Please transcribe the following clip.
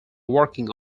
working